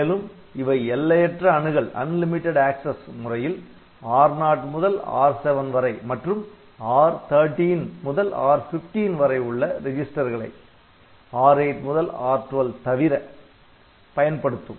மேலும் இவை எல்லையற்ற அணுகல் முறையில் R0 முதல் R7 வரை மற்றும் R13 முதல் R15 வரை உள்ள ரெஜிஸ்டர்களை R8 முதல் R12 தவிர பயன்படுத்தும்